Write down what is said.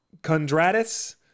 Kondratis